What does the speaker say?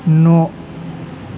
न'